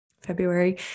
February